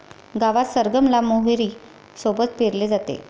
गावात सरगम ला मोहरी सोबत पेरले जाते